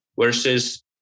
versus